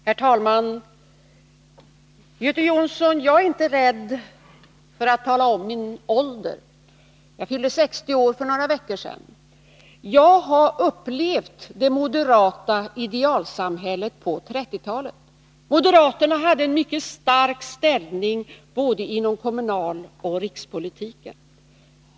Herr talman! Jag är inte, Göte Jonsson, rädd för att tala om min ålder. Jag fyllde 60 år för några veckor sedan. Jag har upplevt det moderata idealsamhället på 1930-talet. Moderaterna hade då en mycket stark ställning inom både kommunaloch rikspolitiken.